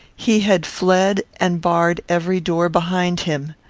he had fled and barred every door behind him.